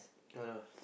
yeah lah